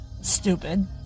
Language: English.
stupid